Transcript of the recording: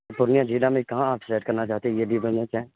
پورنیہ ضلع میں کہاں آپ سیر کرنا چاہتے ہیں یہ بھی بولا جائے